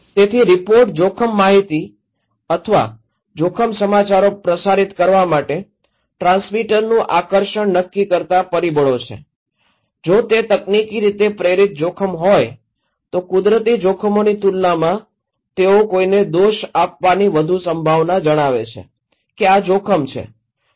તેથી રિપોર્ટ જોખમ માહિતી અથવા જોખમ સમાચારો પ્રસારિત કરવા માટે ટ્રાન્સમીટરનું આકર્ષણ નક્કી કરતા પરિબળો છે જો તે તકનીકી રીતે પ્રેરિત જોખમ હોય તો કુદરતી જોખમોની તુલનામાં તેઓ કોઈને દોષ આપવાની વધુ સંભાવના જણાવે છે કે આ જોખમ છે